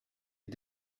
est